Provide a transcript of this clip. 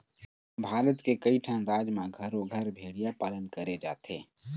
भारत के कइठन राज म घरो घर भेड़िया पालन करे जाथे